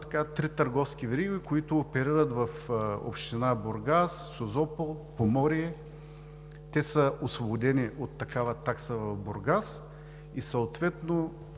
три търговски вериги, които оперират в община Бургас, Созопол, Поморие. Те са освободени от такава такса в Бургас и съответно